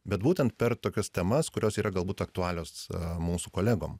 bet būtent per tokias temas kurios yra galbūt aktualios mūsų kolegom